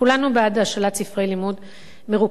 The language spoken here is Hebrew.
כולנו בעד השאלת ספרי לימוד מרוכזת.